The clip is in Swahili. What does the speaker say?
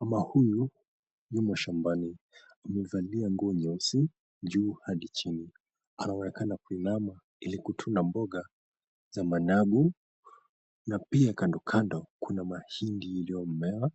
Mama huyu yumo shambani, amevalia nguo nyeusi juu hadi chini. Anaonekana kuinama ili kutuna mboga za managu na pia kando kando kuna mahindi iliyomea